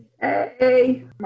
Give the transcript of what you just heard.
Hey